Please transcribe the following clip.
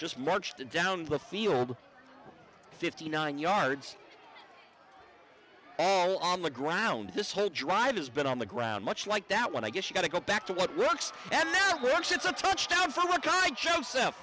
just marched down the field fifty nine yards all on the ground this whole drive has been on the ground much like that one i guess you got to go back to what works and works it's a touchdown for a guy j